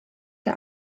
der